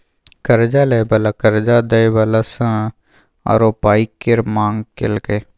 कर्जा लय बला कर्जा दय बला सँ आरो पाइ केर मांग केलकै